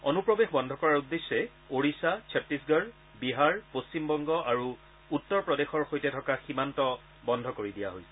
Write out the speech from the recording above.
অনুপ্ৰৱেশ বন্ধ কৰাৰ উদ্দেশ্যে ওড়িশা ছট্টিশগড় বিহাৰ পশ্চিমবংগ আৰু উত্তৰ প্ৰদেশৰ সৈতে থকা সীমান্ত বন্ধ কৰি দিয়া হৈছে